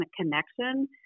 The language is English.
connection